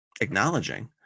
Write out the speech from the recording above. acknowledging